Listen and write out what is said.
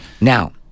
now